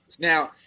Now